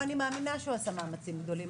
ואני מאמינה שהוא עשה מאמצים גדולים.